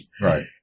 Right